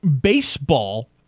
baseball